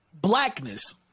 blackness